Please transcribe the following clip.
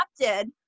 adopted